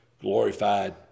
glorified